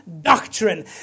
doctrine